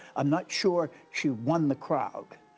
i'm not sure she won the crowd,